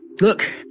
Look